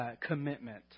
commitment